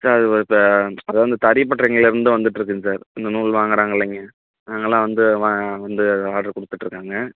sir அது இப்போ அதான் இந்த தரி பட்டறைங்கலேர்ந்தும் வந்துட்டுருக்குங்க சார் இந்த நூல் வாங்குறாங்க இல்லைங்க அவங்கள்லாம் வந்து வ வந்து ஆடர் கொடுத்துட்ருக்காங்க